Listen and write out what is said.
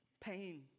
pain